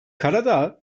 karadağ